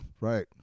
right